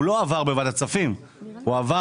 הוא לא עבר בוועדת הכספים אלא הוא עבר